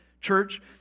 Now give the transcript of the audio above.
church